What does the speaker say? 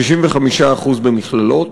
65% במכללות.